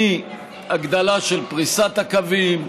מהגדלה של פריסת הקווים,